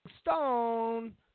Stone